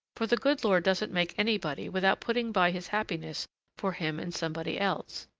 for the good lord doesn't make anybody without putting by his happiness for him in somebody else.